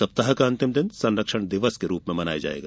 सप्ताह का अंतिम दिन संरक्षण दिवस के रूप में मनाया जाएगा